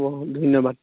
হ'ব ধন্যবাদ